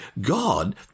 God